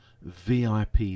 VIP